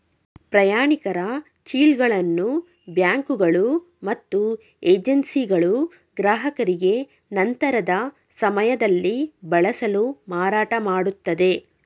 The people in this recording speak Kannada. ಪ್ರಯಾಣಿಕರ ಚಿಕ್ಗಳನ್ನು ಬ್ಯಾಂಕುಗಳು ಮತ್ತು ಏಜೆನ್ಸಿಗಳು ಗ್ರಾಹಕರಿಗೆ ನಂತರದ ಸಮಯದಲ್ಲಿ ಬಳಸಲು ಮಾರಾಟಮಾಡುತ್ತದೆ